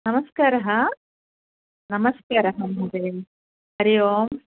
नमस्कारः नमस्कारः महोदये हरिः ओम्